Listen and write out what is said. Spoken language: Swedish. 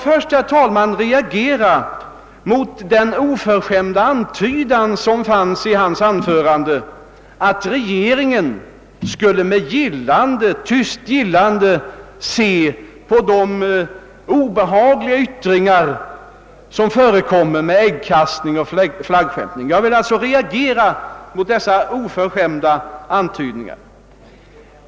Först och främst reagerar jag mot den oförskämda antydan som fanns i anförandet, att regeringen med tyst gillande skulle se på de obehagliga demonstrationer som förekommit med äggkastning och flaggskändning. Jag reagerar starkt mot sådana oförskämda antydningar!